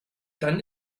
dann